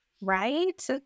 Right